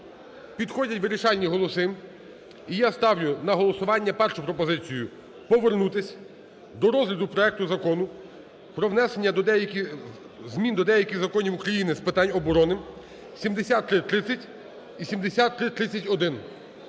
підходять вирішальні голоси, і я ставлю на голосування першу пропозицію – повернутися до розгляду проекту Закону про внесення змін до деяких законів України з питань оборони (7330 і 7330-1).